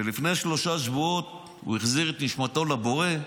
לפני שלושה שבועות הוא החזיר את נשמתו לבורא,